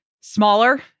smaller